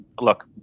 look